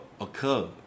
occur